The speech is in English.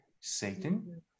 Satan